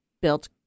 built